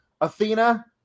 Athena